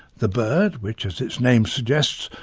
the bird which, as its name suggests,